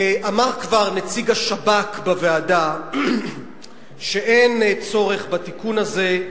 אמר כבר נציג השב"כ בוועדה שאין צורך בתיקון הזה,